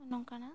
ᱱᱚᱝᱠᱟᱱᱟᱜ